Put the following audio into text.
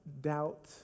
doubt